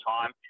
time